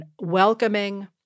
welcoming